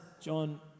John